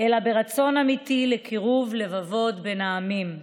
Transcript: אלא ברצון אמיתי לקירוב לבבות בין העמים.